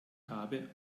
habe